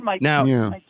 Now